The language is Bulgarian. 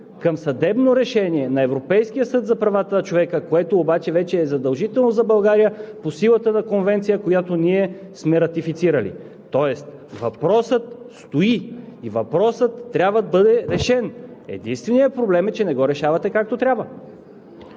към съдебно решение на Европейския съд за правата на човека, което обаче вече е задължително за България по силата на Конвенция, която ние сме ратифицирали, тоест въпросът стои и трябва да бъде решен. Единственият проблем е, че не го решавате както трябва.